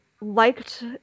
liked